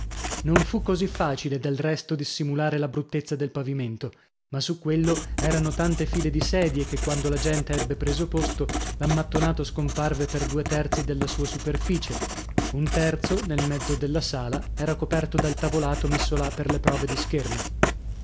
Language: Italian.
non fu così facile del resto dissimulare la bruttezza del pavimento ma su quello erano tante file di sedie che quando la gente ebbe preso posto l'ammattonato scomparve per due terzi della sua superficie un terzo nel mezzo della sala era coperto dal tavolato messo là per le prove di scherma